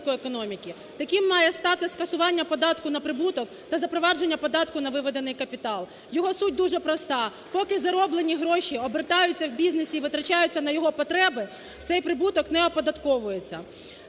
Таким має стати скасування податку на прибуток та запровадження податку на виведений капітал. Його суть дуже проста: поки зароблені гроші обертаються в бізнесі і витрачаються на його потреби, цей прибуток не оподатковується.